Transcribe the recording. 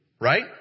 Right